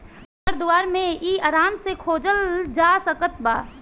घर दुआर मे इ आराम से खोजल जा सकत बा